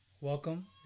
welcome